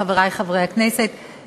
חברי חברי הכנסת,